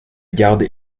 garde